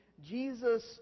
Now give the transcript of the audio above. Jesus